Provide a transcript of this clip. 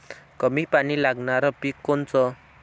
कमी पानी लागनारं पिक कोनचं?